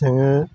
जोङो